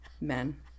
men